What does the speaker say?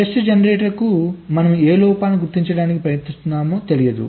test జనరేటర్కు మనము ఏ లోపాలను గుర్తించడానికి ప్రయత్నిస్తున్నామొ తెలియదు